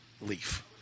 leaf